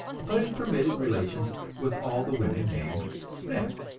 but is permitted relations with all the women named smith.